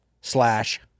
slash